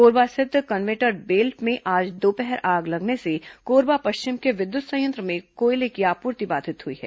कोरबा स्थित conveyor belt में आज दोपहर आग लगने से कोरबा पश्चिम के विद्युत संयंत्र में कोयले की आपूर्ति बाधित हुई है